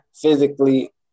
physically